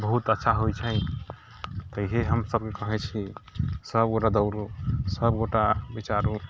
बहुत अच्छा होइत छै तऽ इएह हमसभ कहैत छी सभगोटाए दौड़ू सभगोटाए विचारू